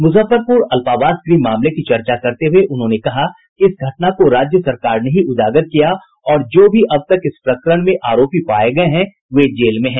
मुजफ्फरपुर अल्पावास गृह मामले की चर्चा करते हुए उन्होंने कहा कि इस घटना को राज्य सरकार ने ही उजागर किया और जो भी अब तक इस प्रकरण में आरोपी पाये गये वे जेल में है